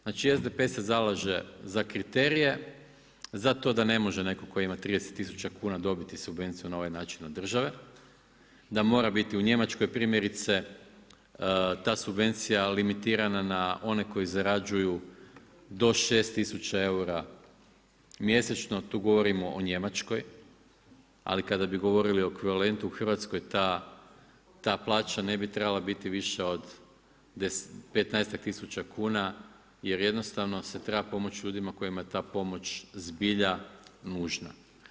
Znači SDP se zalaže za kriterije, zato da ne može netko koji ima 30 tisuća kuna dobiti subvenciju na ovaj način od države, da mora biti u Njemačkoj, primjerice, ta subvencija limitirana na one koji zarađuju do 6000 eura mjesečno, tu govorimo o Njemačkoj, ali kada bi govorili o ekvivalentu u Hrvatskoj ta plaća ne bi trebala biti viša od 15 tisuća kuna, jer jednostavno se treba pomoć ljudima kojima je ta pomoć zbilja nužna.